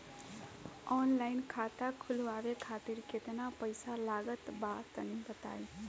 Online खाता खूलवावे खातिर केतना पईसा लागत बा तनि बताईं?